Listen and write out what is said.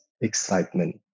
excitement